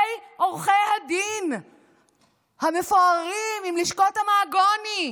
עורכי הדין המפוארים עם לשכות המהגוני,